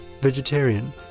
vegetarian